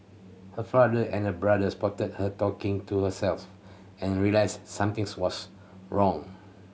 her father and brother spotted her talking to herself and realised something's was wrong